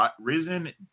risen